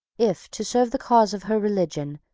if, to serve the cause of her religion,